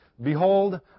Behold